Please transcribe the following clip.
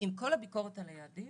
עם כל הביקורת על היעדים,